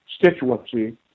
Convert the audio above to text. constituency